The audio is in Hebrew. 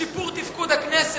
שיפור תפקוד הכנסת,